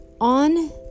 On